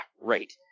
right